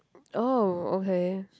oh okay